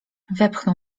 wepchnął